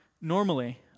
normally